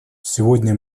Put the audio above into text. сегодня